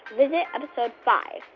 visit episode five.